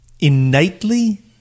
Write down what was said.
innately